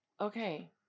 Okay